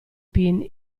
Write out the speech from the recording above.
pin